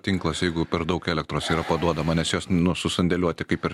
tinklas jeigu per daug elektros yra paduodama nes jos nu susandėliuoti kaip ir